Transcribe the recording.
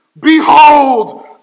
Behold